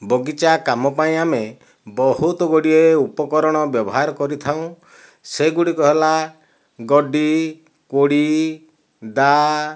ବଗିଚା କାମ ପାଇଁ ଆମେ ବହୁତ ଗୁଡ଼ିଏ ଉପକରଣ ବ୍ୟବହାର କରିଥାଉଁ ସେଗୁଡ଼ିକ ହେଲା ଗଡ୍ଡି କୋଡ଼ି ଦା